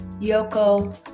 Yoko